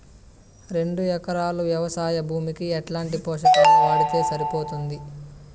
రెండు ఎకరాలు వ్వవసాయ భూమికి ఎట్లాంటి పోషకాలు వాడితే సరిపోతుంది?